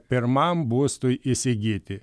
pirmam būstui įsigyti